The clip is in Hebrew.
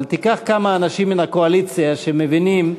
אבל תיקח כמה אנשים מן הקואליציה שמבינים.